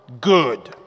good